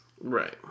Right